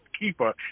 keeper